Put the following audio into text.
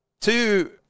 two